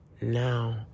now